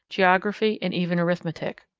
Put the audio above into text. geography, and even arithmetic.